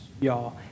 y'all